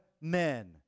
men